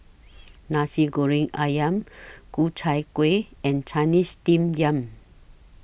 Nasi Goreng Ayam Ku Chai Kuih and Chinese Steamed Yam